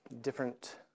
different